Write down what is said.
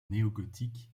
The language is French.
néogothique